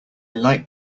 like